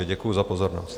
Děkuji za pozornost.